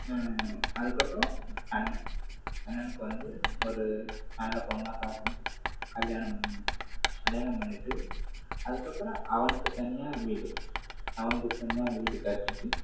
அதுக்கப்புறம் அண்ணன் அண்ணனுக்கு வந்து ஒரு நல்ல பொண்ணாக பார்த்து கல்யாணம் பண்ணணும் கல்யாணம் பண்ணிட்டு அதுக்கப்புறம் அவனுக்குத் தனியாக வீடு அவனுக்குத் தனியாக வீடு கட்டிவிட்டு